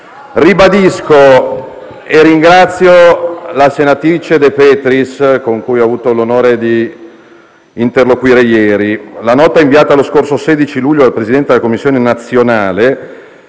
merito, ringrazio la senatrice De Petris, con cui ho avuto l'onore di interloquire ieri. La nota inviata lo scorso 16 luglio dal presidente della Commissione nazionale